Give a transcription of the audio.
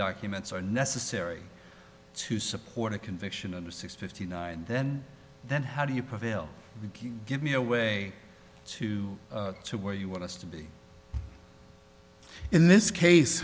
documents are necessary to support a conviction under six fifty nine and then then how do you prevail give me a way to to where you want us to be in this case